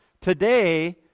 today